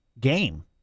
game